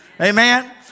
Amen